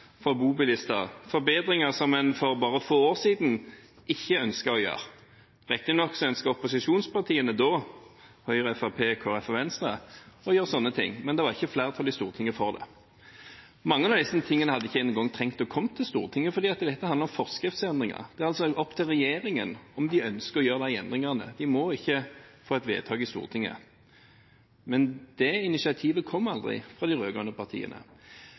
for bobilister, forbedringer som en for bare få år siden ikke ønsket å gjøre. Riktignok ønsket opposisjonspartiene da – Høyre, Fremskrittspartiet, Kristelig Folkeparti og Venstre – å gjøre sånne ting, men det var ikke flertall i Stortinget for det. Mange av disse tingene hadde ikke engang trengt å komme til Stortinget, fordi dette handler om forskriftsendringer. Det er altså opp til regjeringen om de ønsker å gjøre de endringene. Vi må ikke få et vedtak i Stortinget. Men det initiativet kom aldri fra de rød-grønne partiene.